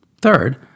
Third